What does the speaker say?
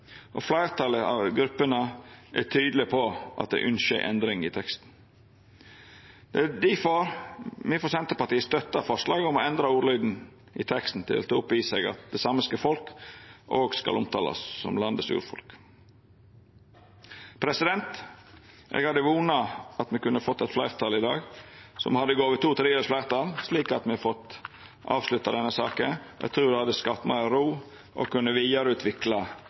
og fleirtalet av gruppene, er tydelege på at dei ynskjer ei endring i teksten. Det er difor me frå Senterpartiet støttar forslaget om å endra ordlyden i teksten, til at han tek opp i seg at det samiske folk òg skal omtalast som landets urfolk. Eg hadde vona at me kunne ha fått eit fleirtal i dag som hadde gjeve to tredels fleirtal, slik at me hadde fått avslutta denne saka. Det trur eg hadde skapt meir ro til å kunna vidareutvikla